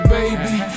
baby